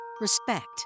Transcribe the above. respect